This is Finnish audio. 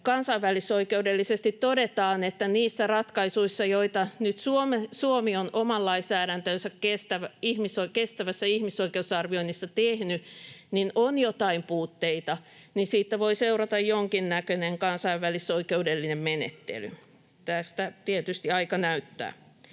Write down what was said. kansainvälisoikeudellisesti todetaan, että niissä ratkaisuissa, joita nyt Suomi on oman lainsäädäntönsä kestävässä ihmisoikeusarvioinnissa tehnyt, on joitain puutteita, niin siitä voi seurata jonkinnäköinen kansainvälisoikeudellinen menettely. Tämän tietysti aika näyttää.